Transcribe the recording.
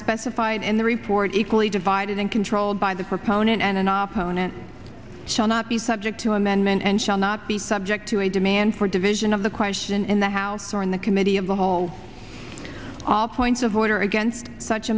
specified in the report equally divided and controlled by the proponent and an op own it shall not be subject to amendment and shall not be subject to a demand for division of the question in the house or in the committee of the whole all points of order against such